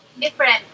Different